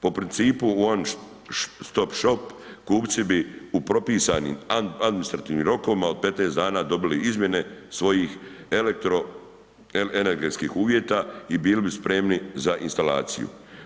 Po principu … [[Govornik se ne razumije]] kupci bi u propisanim administrativnim rokovima od 15 dana dobili izmjene svojih elektroenergetskih uvjeta i bili bi spremni za instalaciju.